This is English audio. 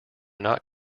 not